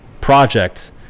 project